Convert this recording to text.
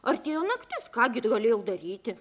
artėjo naktis ką gi galėjau daryti